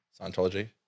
Scientology